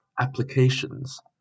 applications